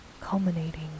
culminating